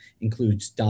includes